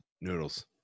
Noodles